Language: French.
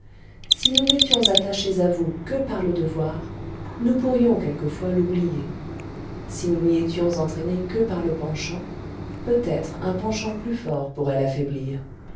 si nous n'étions attachées à vous que par le devoir nous pourrions quelquefois l'oublier si nous n'y étions entraînées que par le penchant peut-être un penchant plus fort pourroit l'affaiblir